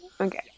okay